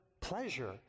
pleasure